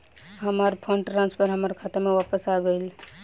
हमार fund transfer हमार खाता में वापस आ गइल